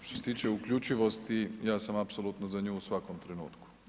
Što se tiče uključivosti ja sam apsolutno za nju u svakom trenutku.